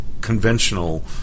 conventional